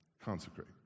consecrate